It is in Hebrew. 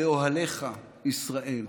לאהליך ישראל".